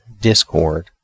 discord